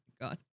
god